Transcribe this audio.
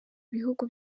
bihugu